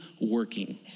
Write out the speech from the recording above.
working